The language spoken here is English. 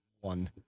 one